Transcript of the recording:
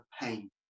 pain